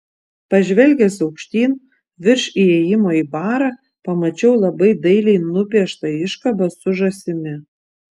pažvelgęs aukštyn virš įėjimo į barą pamačiau labai dailiai nupieštą iškabą su žąsimi